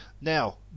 now